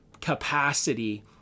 capacity